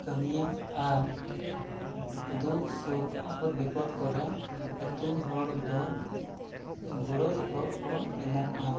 ᱠᱟᱹᱢᱤᱭᱟ ᱟᱨ ᱫᱩᱠ ᱥᱩᱠ ᱟᱯᱚᱫᱽ ᱵᱤᱯᱚᱫᱽ ᱠᱚᱨᱮ ᱟᱹᱛᱩ ᱦᱚᱲ ᱫᱚ ᱜᱚᱲᱚᱥᱚᱯᱚᱦᱚᱫ ᱠᱚ ᱮᱢᱚᱜᱼᱟ